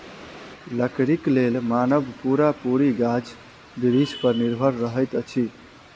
लकड़ीक लेल मानव पूरा पूरी गाछ बिरिछ पर निर्भर रहैत अछि